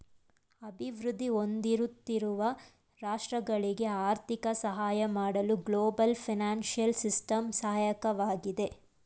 ಅಭಿವೃದ್ಧಿ ಹೊಂದುತ್ತಿರುವ ರಾಷ್ಟ್ರಗಳಿಗೆ ಆರ್ಥಿಕ ಸಹಾಯ ಮಾಡಲು ಗ್ಲೋಬಲ್ ಫೈನಾನ್ಸಿಯಲ್ ಸಿಸ್ಟಮ್ ಸಹಾಯಕವಾಗಿದೆ